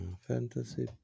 Fantasy